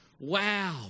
Wow